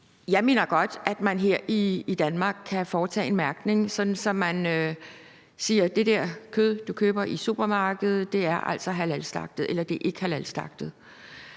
Jeg mener godt, at man her i Danmark kan foretage en mærkning, sådan at man siger, at det der kød, du køber i supermarkedet, er halalslagtet eller ikke halalslagtet,